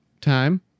time